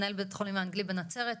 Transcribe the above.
מנהל בית החולים האנגלי בנצרת,